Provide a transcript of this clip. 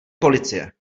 policie